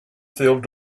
filled